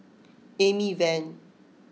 Amy Van